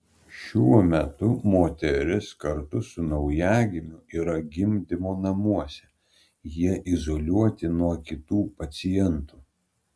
šiuo metu moteris kartu su naujagimiu yra gimdymo namuose jie izoliuoti nuo kitų pacientų